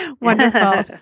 Wonderful